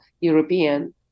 European